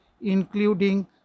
including